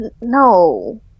no